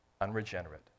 unregenerate